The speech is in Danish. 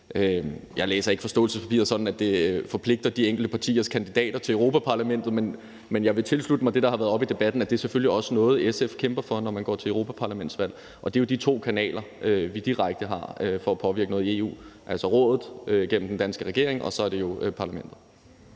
Jeg læser ikke forståelsespapiret sådan, at det forpligter de enkelte partiers kandidater til Europa-Parlamentet, men jeg vil tilslutte mig det, der har været oppe i debatten, og det er selvfølgelig også noget, som SF kæmper for, når man går til europaparlamentsvalg. Og der er de to kanaler, vi direkte har i forhold til at påvirke noget i EU, jo Rådet gennem den danske regering og så også Parlamentet.